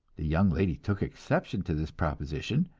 the young lady took exception to this proposition,